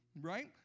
right